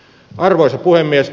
arvoisa puhemies